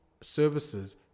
services